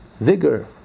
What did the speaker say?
vigor